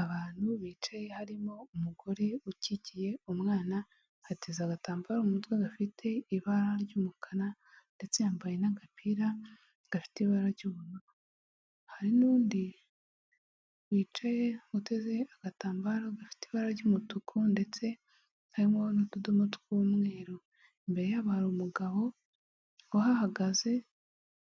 Abantu bicaye harimo umugore ukikiye umwana yateza agatambaro umutwe gafite ibara ry'umukara ndetse yambaye n'agapira gafite ibara ry'ubururu hari n'undi wicaye uteze agatambaro gafite ibara ry'umutuku ndetse harimo n'utudomo tw'umweru ,imbere yabo umugabo wahagaze